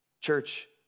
Church